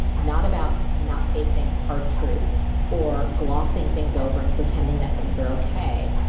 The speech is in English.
not about not facing hard truths or glossing things over and pretending that things are okay.